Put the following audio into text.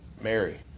Mary